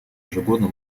ежегодно